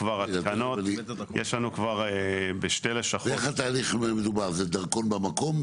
איך התהליך מדובר, זה דרכון במקום?